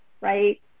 right